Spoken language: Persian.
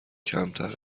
کمتر